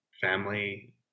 family